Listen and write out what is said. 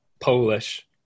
Polish